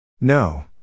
No